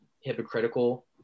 hypocritical